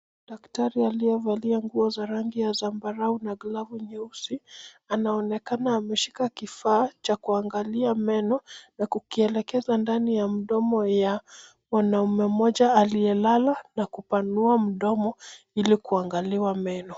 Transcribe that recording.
Daktari aliyevalia nguo za zambarau na glavu nyeusi anaonekana ameshika kifaa cha kuangalia meno na kukielekeza ndani ya mdomo ya mwanaume mmoja aliyelala na kupanua mdomo ili kuangaliwa meno.